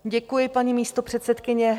Děkuji, paní místopředsedkyně.